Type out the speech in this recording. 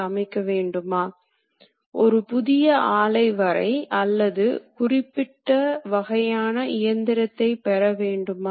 சில நேரங்களில் LVDTs அல்லது பொட்டென்டோமீட்டர் போன்ற நிலை சென்சார்களைப் பயன்படுத்தலாம்